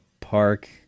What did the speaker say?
park